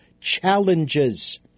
challenges